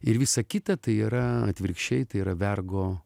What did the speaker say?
ir visa kita tai yra atvirkščiai tai yra vergo